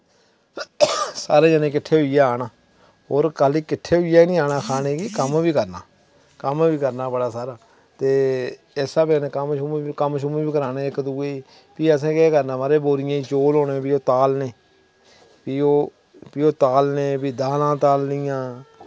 सारे जनें किट्ठे होइये आना और खाल्ली किट्ठे होइयै निं आना खाने गी कम्म बी करना कम्म बी करना बड़ा सारा ते इस स्हाबै कन्नै कम्म शुम्म कम्म शुम्म बी कराने इक दुए फ्ही असैं केह् करना म्हाराज बोरियें ई चौल होने फ्ही ओह् तालने फ्ही ओह् फ्ही ओह् तालने फ्ही दालां तालनियां